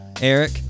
Eric